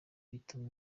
bituma